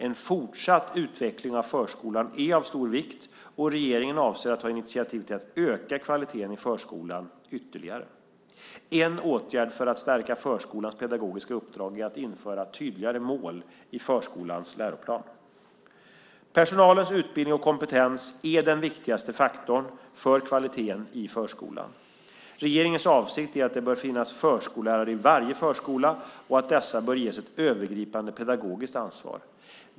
En fortsatt utveckling av förskolan är av stor vikt, och regeringen avser att ta initiativ till att öka kvaliteten i förskolan ytterligare. En åtgärd för att stärka förskolans pedagogiska uppdrag är att införa tydligare mål i förskolans läroplan. Personalens utbildning och kompetens är den viktigaste faktorn för kvaliteten i förskolan. Regeringens avsikt är att det bör finnas förskollärare i varje förskola och att dessa bör ges ett övergripande pedagogiskt ansvar.